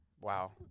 Wow